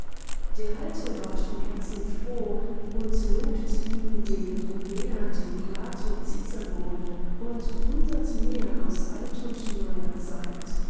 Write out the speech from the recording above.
der alte ward von herzen froh und lobt ihm den homer den plato cicero und hundert mehr aus alt und neuer zeit